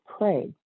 pray